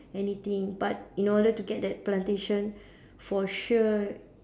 anything but in order to get that plantation for sure